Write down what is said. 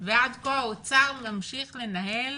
ועד כה האוצר ממשיך לנהל